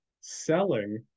selling